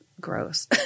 gross